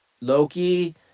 Loki